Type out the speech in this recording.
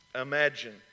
imagine